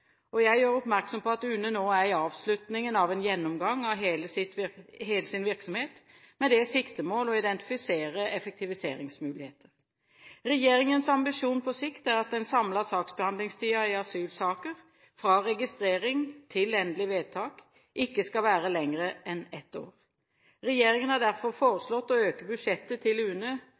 UNE. Jeg gjør oppmerksom på at UNE nå er i avslutningen av en gjennomgang av hele sin virksomhet, med det siktemål å identifisere effektiviseringsmuligheter. Regjeringens ambisjon på sikt er at den samlede saksbehandlingstiden i asylsaker, fra registrering til endelig vedtak, ikke skal være lengre enn ett år. Regjeringen har derfor foreslått å øke budsjettet til